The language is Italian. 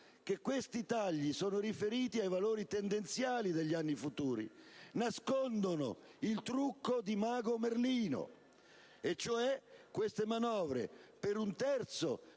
che questi tagli sono riferiti ai valori tendenziali degli anni futuri. Nascondono il trucco di mago Merlino: queste manovre per un terzo